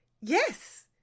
Yes